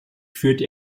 führte